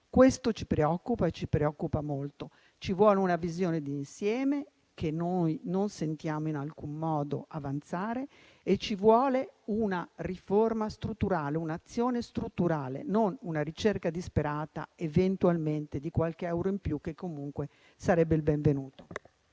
Questo ci preoccupa molto. Ci vuole una visione d'insieme che noi non sentiamo in alcun modo avanzare e ci vuole una riforma strutturale, un'azione strutturale, non una ricerca disperata eventualmente di qualche euro in più che comunque sarebbe il benvenuto.